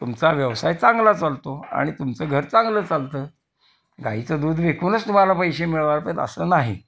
तुमचा व्यवसाय चांगला चालतो आणि तुमचं घर चांगलं चालतं गाईचं दूध विकूनच तुम्हाला पैसे मिळवायला पाहिजेत असं नाही